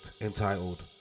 entitled